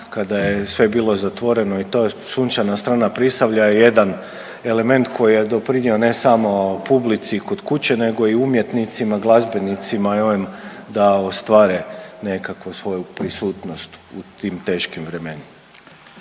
kada je sve bilo zatvoreno i ta Sunčana strana Prisavlja je jedan element koji je doprinio ne samo publici kod kuće nego i umjetnicima, glazbenicima i ovim da ostvare nekako svoju prisutnost u tim teškim vremenima.